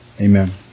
Amen